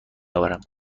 آورم